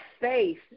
faith